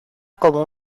como